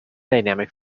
dynamic